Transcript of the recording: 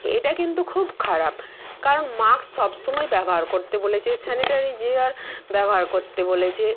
এটা কিন্তু খুব খারাপ কারণ মাস্ক সব সময় ব্যবহার করতে বলেছে স্যানিটারিজার ব্যবহার করতে বলেছে